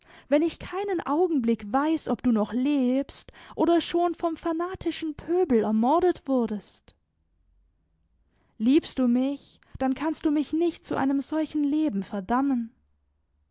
wenn ich keinen augenblick weiß ob du noch lebst oder schon vom fanatischen pöbel ermordet wurdest liebst du mich dann kannst du mich nicht zu einem solchen leben verdammen